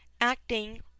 acting